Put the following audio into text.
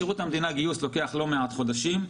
בשירות המדינה גיוס לוקח לא מעט חודשים.